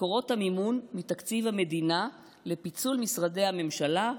מקורות המימון מתקציב המדינה לפיצול משרדי הממשלה,